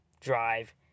drive